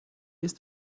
ist